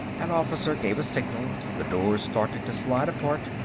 an officer gave a signal the doors started to slide apart,